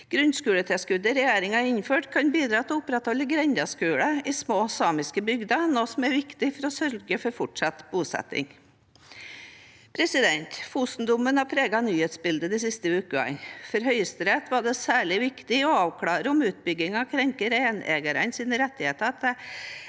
Grunnskoletilskuddet regjeringen har innført, kan bidra til å opprettholde grendeskoler i små samiske bygder, noe som er viktig for å sørge for fortsatt bosetting. Fosen-dommen har preget nyhetsbildet de siste ukene. For Høyesterett var det særlig viktig å avklare om utbyggingen krenker reineiernes rettigheter